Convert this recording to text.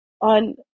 on